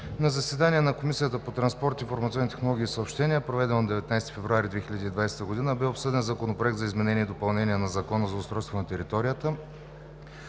На заседание на Комисията по транспорт, информационни технологии и съобщения, проведено на 19 февруари 2020 г., бе обсъден Законопроект за изменение и допълнение на Закона за устройство на територията,